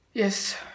Yes